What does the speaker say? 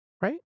right